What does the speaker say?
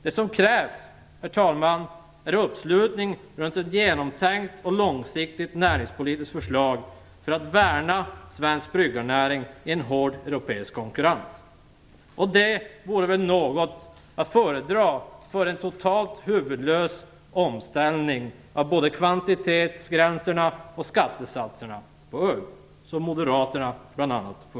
Det som krävs nu, herr talman, är uppslutning runt ett genomtänkt och långsiktigt näringspolitiskt förslag för att värna svensk bryggerinäring i en hård europeisk konkurrens. Det vore väl att föredra framför en totalt huvudlös omställning både av kvantitetsgränserna och skattesatserna på öl, som moderaterna bl.a.